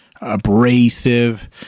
abrasive